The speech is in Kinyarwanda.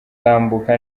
tambuka